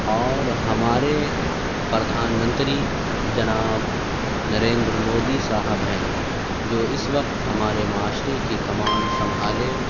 اور ہمارے پردھان منتری جناب نریندر مودی صاحب ہیں جو اس وقت ہمارے معاشرے کی کمان سنبھالے